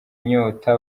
inyota